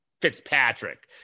Fitzpatrick